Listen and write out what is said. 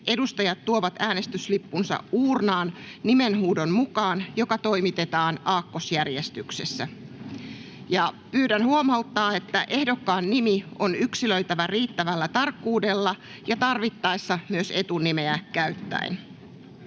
Edustajat tuovat äänestyslippunsa uurnaan nimenhuudon mukaan, joka toimitetaan aakkosjärjestyksessä. Pyydän huomauttaa, että ehdokkaan nimi on yksilöitävä riittävällä tarkkuudella ja tarvittaessa myös etunimeä käyttäen.